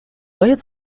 باید